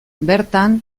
bertan